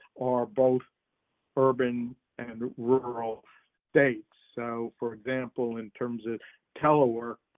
are both urban and rural states, so for example in terms of telework,